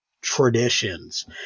traditions